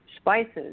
spices